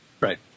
Right